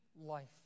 life